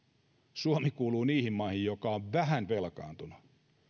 suomi kuuluu niihin maihin jotka ovat vähän velkaantuneet